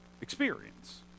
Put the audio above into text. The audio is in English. experience